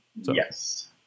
Yes